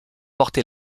porté